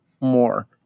more